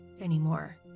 anymore